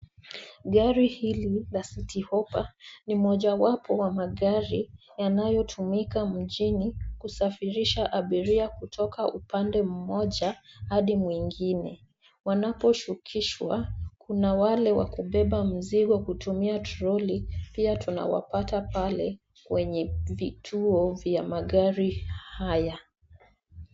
Gari hili la Citi Hoppa ni mojawapo wa magari yanayotumika mjini kusafirisha abiria kutoka upande mmoja hadi mwingine. Wanaposhukishwa kuna wale wa kubeba mizigo kutumia toroli pia tunawapata pale kwenye vituo vya magari haya.